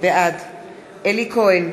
בעד אלי כהן,